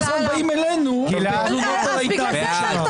הצבעה לא אושרו.